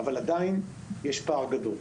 אבל עדיין יש פער גדול.